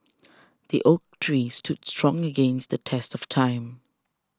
the oak tree stood strong against the test of time